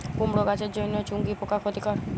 কুমড়ো গাছের জন্য চুঙ্গি পোকা ক্ষতিকর?